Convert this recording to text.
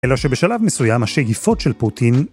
אלא שבשלב מסוים השאיפות של פוטין